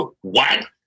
what